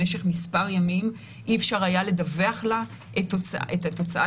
במשך כמה ימים אי אפשר היה לדווח לה את התוצאה